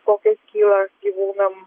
kokios kyla gyvūnam